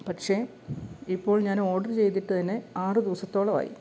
പക്ഷേ ഇപ്പോൾ ഞാനോഡര് ചെയ്തിട്ടന്നെ ആറ് ദിവസത്തോളമായി